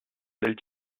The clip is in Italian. del